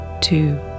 two